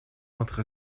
entre